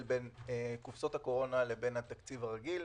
בין קופסאות הקורונה לבין התקציב הרגיל.